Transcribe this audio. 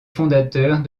fondateurs